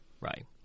right